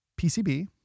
PCB